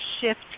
shift